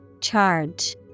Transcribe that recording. Charge